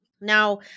Now